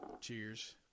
Cheers